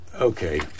Okay